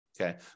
Okay